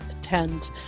attend